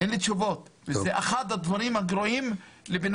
אין לי תשובות וזה אחד הדברים הגרועים לבן